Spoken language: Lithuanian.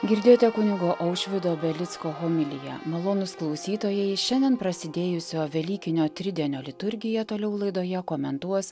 girdėjote kunigo aušvydo belicko homiliją malonūs klausytojai šiandien prasidėjusio velykinio tridienio liturgiją toliau laidoje komentuos